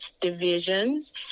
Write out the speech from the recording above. divisions